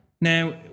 Now